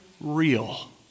real